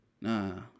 Nah